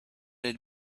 had